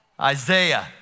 Isaiah